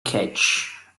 catch